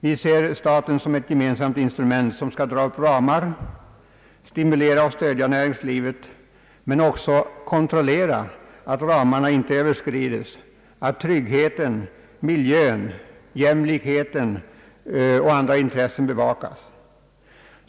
Vi ser staten som ett gemensamt instrument som skall dra upp ramar, stimulera och stödja näringslivet men också kontrollera att ramarna inte överskrides, att tryggheten, miljön, jämlikheten och andra intressen bevakas.